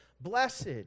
Blessed